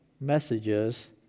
messages